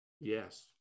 yes